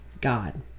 God